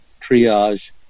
triage